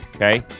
okay